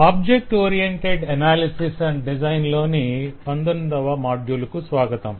object oriented analysis and design లోని 19వ module కు స్వాగతం